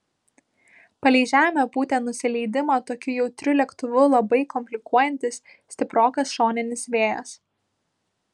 palei žemę pūtė nusileidimą tokiu jautriu lėktuvu labai komplikuojantis stiprokas šoninis vėjas